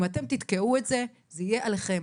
אם אתם תתקעו את זה, זה יהיה עליכם.